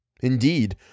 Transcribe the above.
Indeed